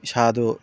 ꯏꯁꯥꯗꯣ